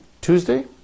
Tuesday